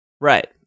Right